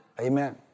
Amen